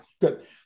good